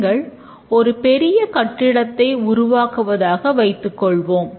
நீங்கள் ஒரு பெரிய கட்டிடத்தை உருவாக்குவதாக வைத்துக் கொள்வோம்